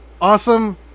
awesome